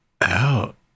out